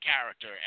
character